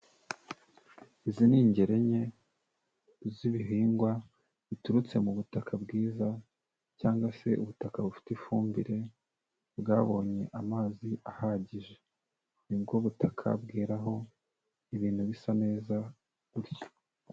Izi ni ingeri enye z'ibihingwa biturutse mu butaka bwiza cyangwa se ubutaka bufite ifumbire, bwabonye amazi ahagije, ni bwo butaka bweraho ibintu bisa neza gutyo.